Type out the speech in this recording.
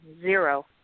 zero